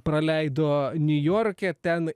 praleido niujorke ten